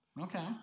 Okay